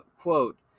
quote